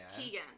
Keegan